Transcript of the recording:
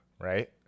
right